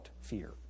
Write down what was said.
fear